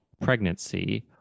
pregnancy